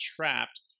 trapped